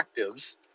actives